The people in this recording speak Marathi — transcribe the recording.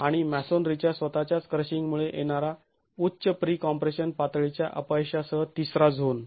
आणि मॅसोनरीच्या स्वतःच्याच क्रशिंग मुळे येणारा उच्च प्री कॉम्प्रेशन पातळीच्या अपयशासह तिसरा झोन